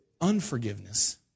unforgiveness